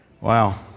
Wow